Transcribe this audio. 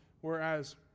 whereas